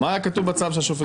מה היה כתוב בצו שהשופט קיבל?